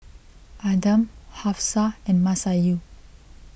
Adam Hafsa and Masayu